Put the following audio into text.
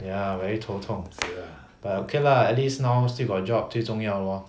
ya very 头痛 but okay lah at least now still got a job 最重要 lor